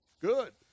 good